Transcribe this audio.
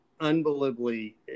unbelievably